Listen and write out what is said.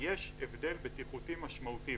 יש הבדל בטיחותי משמעותי,